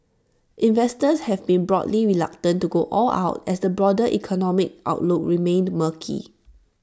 investors have been broadly reluctant to go all out as the broader economic outlook remained murky